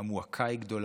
המועקה היא גדולה,